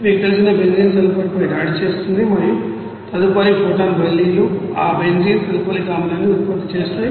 మీకు తెలిసిన బెంజీన్ సల్ఫర్పై దాడి చేస్తుంది మరియు తదుపరి ఫోటాన్ బదిలీలు ఆ బెంజీన్ సల్ఫోనిక్ ఆమ్లాన్ని ఉత్పత్తి చేస్తాయి